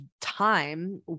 time